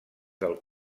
del